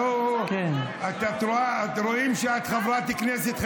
אוה, רואים שאת חברת כנסת חדשה.